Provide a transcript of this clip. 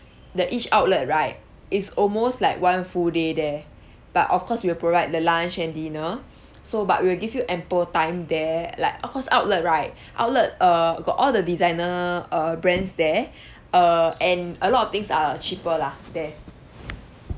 the each outlet right it's almost like one full day there but of course we'll provide the lunch and dinner so but we will give you ample time there like cause outlet right outlet err got all the designer err brands there err and a lot of things are cheaper lah there